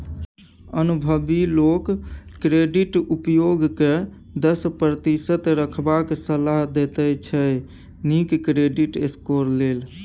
अनुभबी लोक क्रेडिट उपयोग केँ दस प्रतिशत रखबाक सलाह देते छै नीक क्रेडिट स्कोर लेल